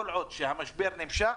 כל עוד המשבר נמשך,